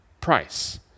price